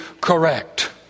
correct